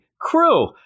crew